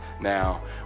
Now